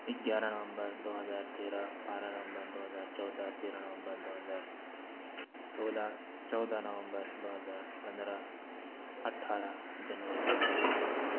گیارہ نومبر دو ہزار تیرہ بارہ نومبر دو ہزار چودہ تیرہ نومبر دو ہزار سولہ چودہ نومبر دو ہزار پندرہ اٹھارہ جنوری دو ہزار تئیس